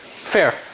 Fair